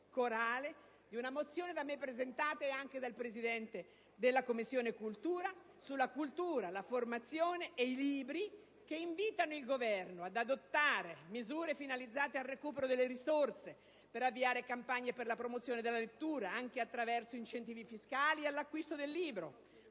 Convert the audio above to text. corale della mozione n. 1-00031 presentata da me come prima firmataria sulla cultura, la formazione e i libri, che invita il Governo ad adottare misure finalizzate al recupero delle risorse per avviare campagne per la promozione della lettura, anche attraverso incentivi fiscali all'acquisto del libro,